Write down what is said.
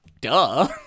duh